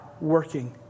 working